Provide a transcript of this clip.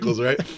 right